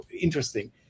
interesting